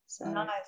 Nice